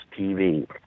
TV